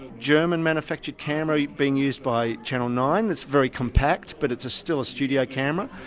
german-manufactured camera being used by channel nine that's very compact but it's still a studio camera.